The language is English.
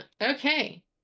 Okay